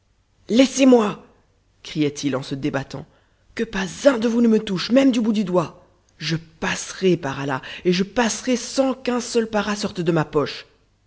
laissez-moi criait-il en se débattant que pas un de vous ne me touche même du bout du doigt je passerai par allah et je passerai sans qu'un seul para sorte de ma poche